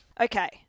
Okay